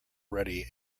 ready